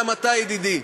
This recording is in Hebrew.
גם אתה, ידידי.